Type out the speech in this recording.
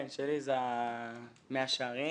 כן, שלי זה מאה שערים.